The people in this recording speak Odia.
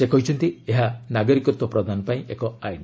ସେ କହିଛନ୍ତି ଏହା ନାଗରିକତ୍ୱ ପ୍ରଦାନ ପାଇଁ ଏକ ଆଇନ୍